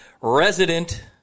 resident